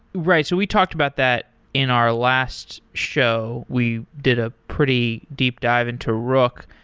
right. so we talked about that in our last show. we did a pretty deep dive into rook.